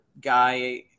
guy